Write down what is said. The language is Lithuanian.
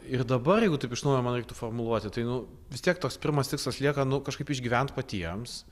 ir dabar jeigu taip iš naujo man reiktų formuluoti tai nu vis tiek toks pirmas tikslas lieka nu kažkaip išgyvent patiems